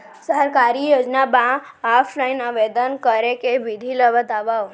सरकारी योजना बर ऑफलाइन आवेदन करे के विधि ला बतावव